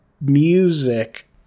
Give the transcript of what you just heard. Music